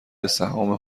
سهام